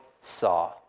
saw